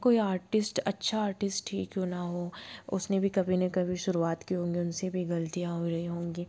कोई आर्टिस्ट अच्छा आर्टिस्ट ही क्यों ना हो उसने भी कभी ना कभी शुरुआत की होंगी उनसे भी गलतियाँ हो रही होंगी